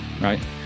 Right